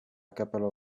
couple